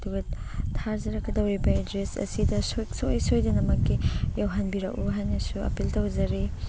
ꯑꯗꯨꯒ ꯊꯥꯖꯔꯛꯀꯗꯧꯔꯤꯕ ꯑꯦꯗ꯭ꯔꯦꯁ ꯑꯁꯤꯗ ꯁꯨꯡꯁꯣꯏ ꯁꯣꯏꯗꯅꯃꯛꯀꯤ ꯌꯧꯍꯟꯕꯤꯔꯛꯎ ꯍꯥꯏꯅꯁꯨ ꯑꯥꯄꯣꯜ ꯇꯧꯖꯔꯤ